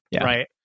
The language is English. right